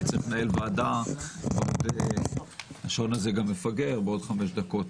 אני צריך לנהל ועדה בעוד חמש דקות.